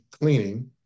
cleaning